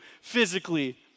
physically